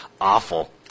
Awful